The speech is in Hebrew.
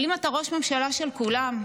אבל אם אתה ראש ממשלה של כולם,